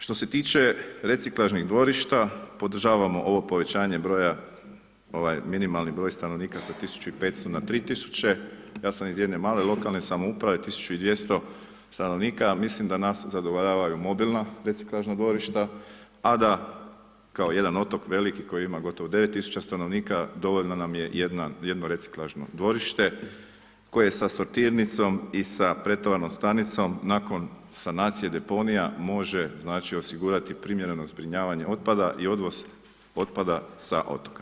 Što se tiče reciklažnih dvorišta, podržavamo ovo povećanje broja, ovaj minimalni broj stanovnika sa 1500 na 3000, ja sam iz jedne male lokalne samouprave 1200 stanovnika a mislim da nas zadovoljava i mobilna reciklažna dvorišta a da kao jedan otok veliki koji ima gotovo 9 tisuća stanovnika dovoljno nam je jedno reciklažno dvorište koje sa sortirnicom i sa pretovarnom stanicom nakon sanacije deponija može znači osigurati primjereno zbrinjavanje otpada i odvoz otpada sa otoka.